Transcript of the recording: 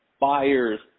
buyers